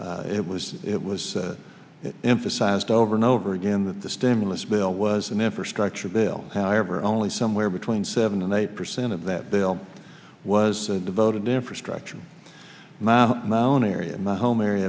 it was it was emphasized over and over again that the stimulus bill was an infrastructure bill however only somewhere between seven and eight percent of that bill was devoted to infrastructure now an area my home area